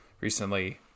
recently